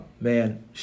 Man